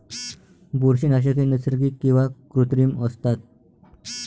बुरशीनाशके नैसर्गिक किंवा कृत्रिम असतात